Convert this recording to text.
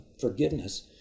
forgiveness